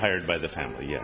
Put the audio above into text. hired by the family